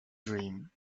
dream